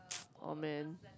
oh man